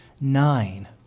nine